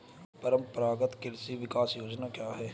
परंपरागत कृषि विकास योजना क्या है?